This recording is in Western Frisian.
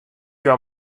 hja